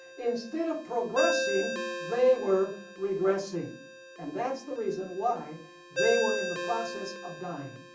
instead of progressing they were regressing and that's the reason why they were in the process of dying.